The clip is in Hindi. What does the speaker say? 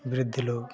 वृद्ध लोग